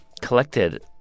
collected